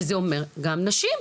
וזה אומר גם נשים.